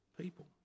People